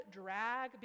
drag